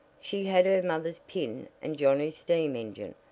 she had her mother's pin and johnnie's steam engine,